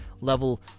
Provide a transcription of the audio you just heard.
level